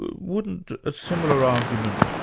wouldn't a similar argument,